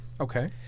Okay